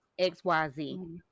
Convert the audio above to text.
xyz